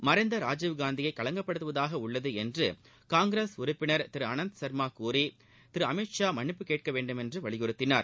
மறைந்த ராஜீவ்காந்தியை களங்கப்படுத்துவதாக உள்ளது என்று காங்கிரஸ் உறுப்பினர் திரு ஆனந்த் சா்மா கூறி திரு அமித்ஷா மன்னிப்பு கேட்க வேண்டுமென்று வலிபுறுத்தினார்